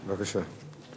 בבקשה.